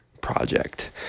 project